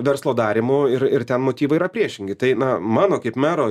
verslo darymu ir ir ten motyvai yra priešingi tai na mano kaip mero